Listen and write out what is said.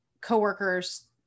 coworkers